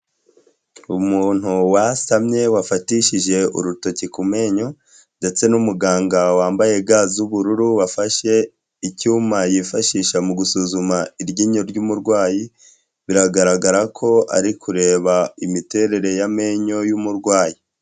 Umuntu wasamye wafatishije urutoki ku menyo ndetse n'umuganga wambaye ga z'ubururu wafashe icyuma yifashisha mu gusuzuma iryinyo ry'umurwayi, biragaragara ko ari kureba imiterere y'amenyo' yumurwayi.